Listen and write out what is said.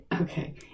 Okay